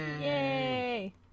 Yay